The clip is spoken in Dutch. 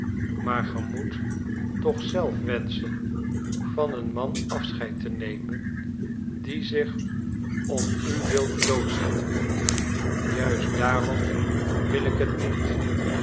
maar ge moet toch zelf wenschen van een man afscheid te nemen die zich om u wilde doodschieten juist daarom wil ik het niet